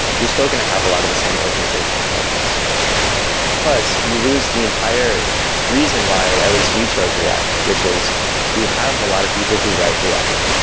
you're still going to have a lot of the same organizational problems plus, you lose the entire reason why at least we chose react, which is we have a lot of people who write react.